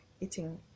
eating